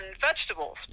vegetables